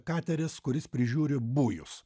kateris kuris prižiūri bujus